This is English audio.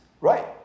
Right